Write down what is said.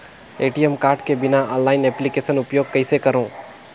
ATM card के बिना online application उपयोग कइसे करो?